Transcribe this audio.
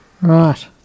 Right